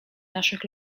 naszych